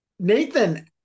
Nathan